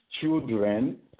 children